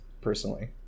personally